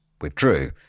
withdrew